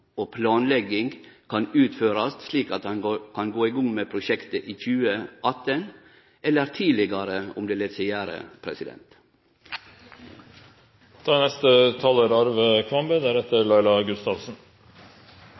og planlegging kan verte utført slik at ein kan gå i gang med prosjektet i 2018, eller tidlegare, om det lèt seg gjere. Det er kjekt å registrere: Det som har preget denne debatten til nå, er at de neste